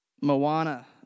Moana